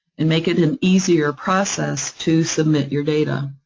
and make it an easier process to submit your data.